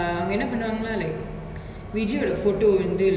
அதுல பால ஊத்தி:athula paala oothi like பூ மாலலா:poo maalalaa hang பன்னி:panni